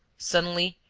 suddenly,